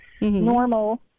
normal